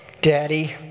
daddy